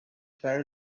fair